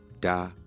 da